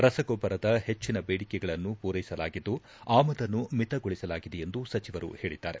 ರಸಗೊಬ್ಲರ ಹೆಚ್ಚಿನ ಬೇಡಿಕೆಗಳನ್ನು ಪೂರೈಸಲಾಗಿದ್ದು ಆಮದನ್ನು ಮಿತಗೊಳಿಸಲಾಗಿದೆ ಎಂದು ಸಚಿವರು ಹೇಳಿದ್ದಾರೆ